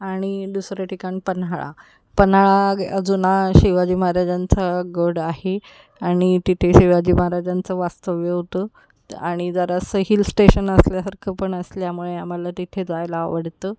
आणि दुसरं ठिकाण पन्हाळा पन्हाळा अजून शिवाजी महाराजांचा गड आहे आणि तिथे शिवाजी महाराजांचं वास्तव्य होतं आणि जरासं हिल स्टेशन असल्यासारखं पण असल्यामुळे आम्हाला तिथे जायला आवडतं